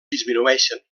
disminueixen